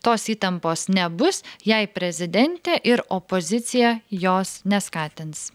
tos įtampos nebus jei prezidentė ir opozicija jos neskatins